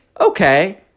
okay